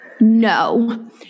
No